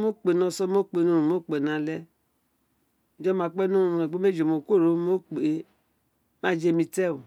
Mo kpe ní oson mo kpẹ ní oron mo kpe nr ale ojo ma kpe ní oroní ojó meji mo kpe ma jemí tí ee oo